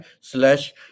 slash